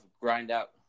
grind-out